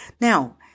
Now